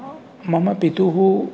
मम पितुः